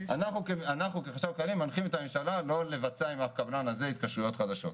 אנחנו מנחים את הממשלה לא לבצע עם הקבלן הזה התקשרויות חדשות.